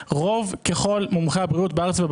תדאג לציבור שבמקום שיעשן סיגריות רגילות הוא